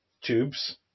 tubes